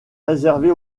réservé